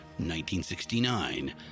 1969